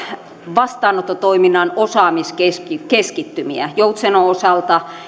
vastaanottotoiminnan osaamiskeskittymiä joutsenon osalta